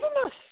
enough